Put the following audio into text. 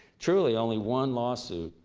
truly only one lawsuit,